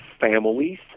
families